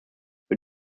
wir